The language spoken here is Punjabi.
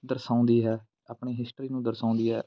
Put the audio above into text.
ਦਰਸਾਉਂਦੀ ਹੈ ਆਪਣੀ ਹਿਸਟਰੀ ਨੂੰ ਦਰਸਾਉਂਦੀ ਹੈ